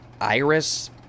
iris